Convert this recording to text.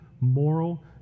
moral